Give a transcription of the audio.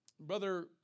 Brother